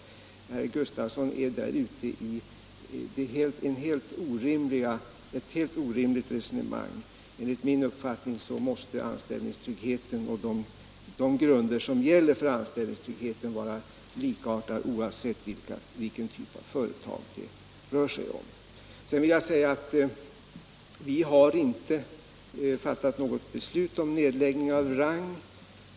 Herr Gustavsson är här inne på ett helt orimligt resonemang. Enligt min uppfattning måste anställningstryggheten och de grunder som gäller för anställningstryggheten vara likartade oavsett vilken typ av företag det rör sig om. Sedan vill jag säga att vi har inte fattat något beslut om nedläggning av Rang.